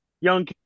young